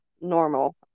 normal